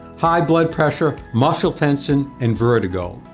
high blood pressure, muscle tension and vertigo.